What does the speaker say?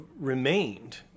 remained